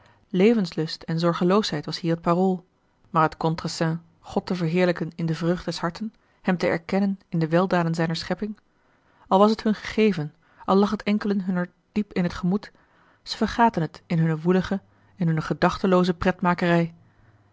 levenslust en zorgeloosheid was hier het parool maar het contre seign god te verheerlijken in de vreugd des harten hem te erkennen in de weldaden zijner schepping al was het hun gegeven al lag het enkelen hunner diep in t gemoed ze vergaten het in hunne woelige in hunne gedachtelooze